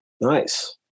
Nice